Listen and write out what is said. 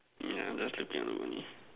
yeah that's the thing